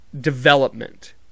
development